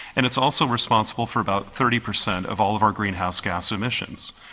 and it is also responsible for about thirty percent of all of our greenhouse gas emissions,